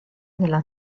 della